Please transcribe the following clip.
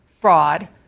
fraud